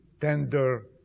tender